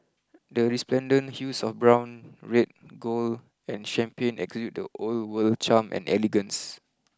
the resplendent hues of brown red gold and champagne exude the old world charm and elegance